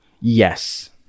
Yes